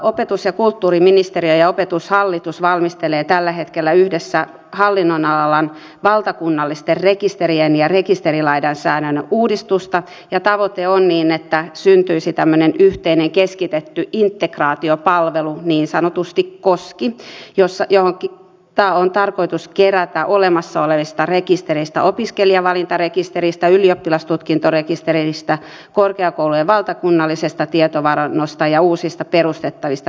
opetus ja kulttuuriministeriö ja opetushallitus valmistelevat tällä hetkellä yhdessä hallinnonalan valtakunnallisten rekisterien ja rekisterilainsäädännön uudistusta ja tavoite on että syntyisi tämmöinen yhteinen keskitetty integraatiopalvelu niin sanotusti koski johon on tarkoitus kerätä tietoa olemassa olevista rekistereistä opiskelijavalintarekisteristä ylioppilastutkintorekisteristä korkeakoulujen valtakunnallisesta tietovarannosta ja uusista perustettavista rekistereistä